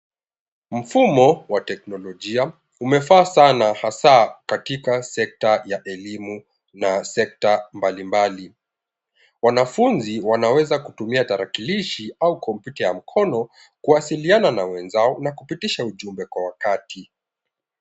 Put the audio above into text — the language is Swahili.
Mfumo wa teknolojia umefaa sana hasa katika sekta ya elimu na sekta mbali mbali. Wanafunzi wanaweza kutumia tarakilishi au kompyuta ya mkono kuwasiliana na wenzao na kupitisha ujumbe kwa wakati.